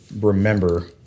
remember